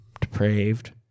depraved